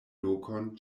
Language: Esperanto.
lokon